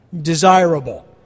desirable